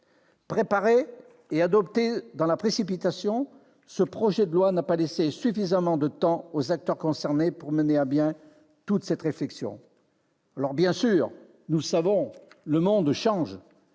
Préparé et adopté dans la précipitation, ce projet de loi n'a pas laissé suffisamment de temps aux acteurs concernés pour mener à bien toute cette réflexion. Bien sûr, le monde change